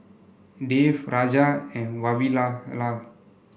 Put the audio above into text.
Dev Raja and Vavilala